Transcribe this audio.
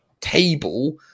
table